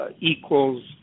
equals –